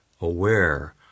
aware